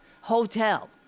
hotel